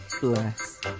bless